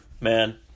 man